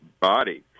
body